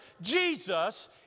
Jesus